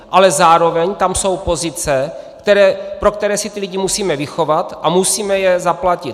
Ale zároveň tam jsou pozice, pro které si ty lidi musíme vychovat a musíme je zaplatit.